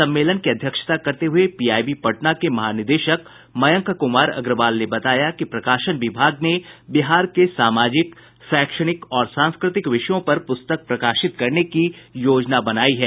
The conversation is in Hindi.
सम्मेलन की अध्यक्षता करते हुए पीआईबी पटना के महानिदेशक मयंक कुमार अग्रवाल ने बताया कि प्रकाशन विभाग ने बिहार के सामाजिक शैक्षणिक और सांस्कृतिक विषयों पर पुस्तक प्रकाशित करने की योजना बनायी है